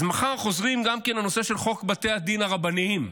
אז מחר חוזרים לנושא של חוק בתי הדין הרבניים,